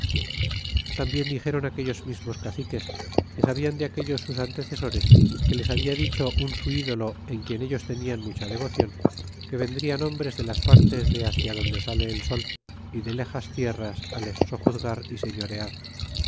tambien dixéron aquellos mismos caciques que sabian de aquellos sus antecesores que les habla dicho ui su ídolo en quien ellos tenian mucha devocion que vendrian hombres de las partes de ácia donde sale el sol y de léjas tierras les sojuzgar y señorear